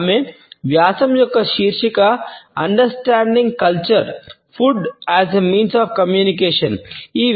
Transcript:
ఆమె వ్యాసం యొక్క శీర్షిక "understanding culture food as means of communication Understanding Culture Food as a Means of Communication"